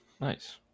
Nice